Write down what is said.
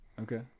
Okay